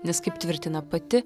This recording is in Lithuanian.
nes kaip tvirtina pati